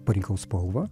parinkau spalvą